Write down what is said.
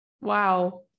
Wow